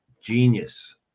genius